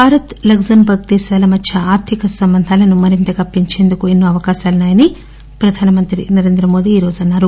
Bharat Luxembourg దేశాల మధ్య ఆర్దిక సంబంధాలను మరింతగా పెంచేందుకు ఎన్నో అవకాశాలున్నా యని ప్రధానమంత్రి నరేంద్రమోదీ ఈరోజు అన్నారు